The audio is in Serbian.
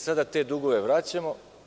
Sada te dugove vraćamo.